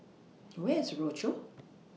Where IS Rochor